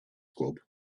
club